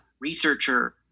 researcher